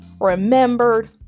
remembered